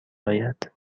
آید